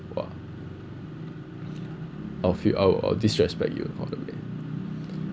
I will feel I will I will disrespect you probably